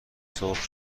سرخ